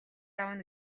авна